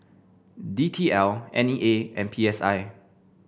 D T L N E A and P S I